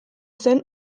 zen